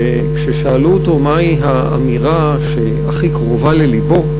כששאלו אותו מהי האמירה שהכי קרובה ללבו,